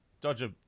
Dodger